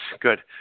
Good